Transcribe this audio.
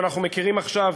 שאנחנו מכירים עכשיו